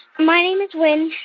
my name is wynn,